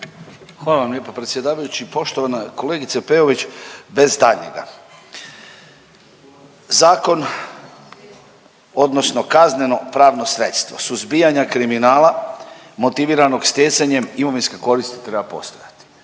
Hvala vam lijepa predsjedavajući. Poštovana kolegice Peović bez daljnjega zakon odnosno kazneno pravno sredstvo suzbijanjem kriminala motiviranog stjecanjem imovinske koristi treba postojati.